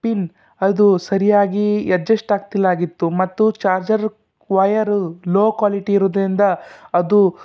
pin ಅದು ಸರಿಯಾಗಿ adjust ಆಗ್ತಿಲ್ಲ ಆಗಿತ್ತು ಮತ್ತು ಚಾರ್ಜರ್ ವಯರ್ ಲೋ ಕ್ವೋಲಿಟಿ ಇರೋದ್ರಿಂದ ಅದು